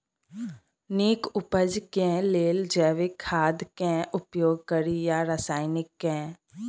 नीक उपज केँ लेल जैविक खाद केँ उपयोग कड़ी या रासायनिक केँ?